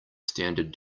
standard